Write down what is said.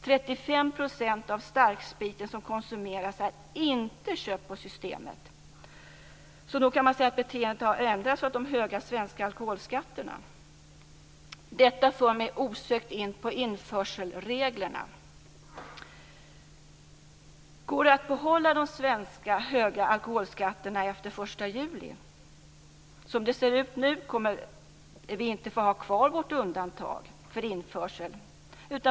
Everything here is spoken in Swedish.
35 % av den starksprit som konsumeras är inte köpt på Systemet. Nog kan man säga att beteendet har ändrats av de höga svenska alkoholskatterna. Detta för mig osökt in på införselreglerna. Går det att behålla de höga svenska alkoholskatterna efter den 1 juli? Som det ser ut nu kommer vi inte att få ha kvar vårt undantag för införsel.